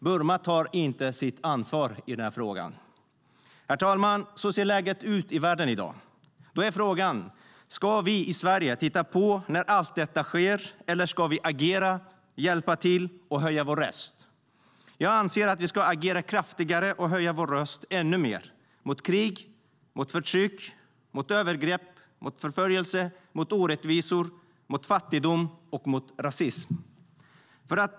Burma tar inte sitt ansvar i den här frågan. Herr talman! Så ser läget ut i världen i dag! Då är frågan: Ska vi i Sverige titta på när allt detta sker eller ska vi agera, hjälpa till och höja våra röster? Jag anser att vi ska agera kraftigare och höja våra röster ännu mer - mot krig, mot förtryck, mot övergrepp, mot förföljelse, mot orättvisor, mot fattigdom och mot rasism.